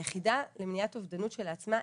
היחידה למניעת אובדנות שלעצמה,